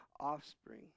offspring